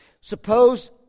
Suppose